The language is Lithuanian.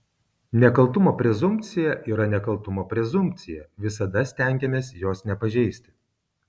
nekaltumo prezumpcija yra nekaltumo prezumpcija visada stengiamės jos nepažeisti